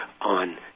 on